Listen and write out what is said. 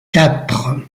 quatre